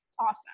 awesome